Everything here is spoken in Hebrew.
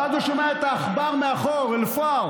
ואז הוא שומע את העכבר, אל-פאר,